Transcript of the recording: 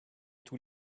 tous